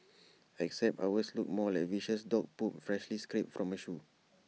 except ours looked more like viscous dog poop freshly scraped from A shoe